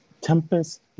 Tempest